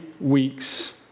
weeks